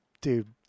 dude